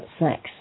sex